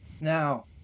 Now